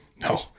No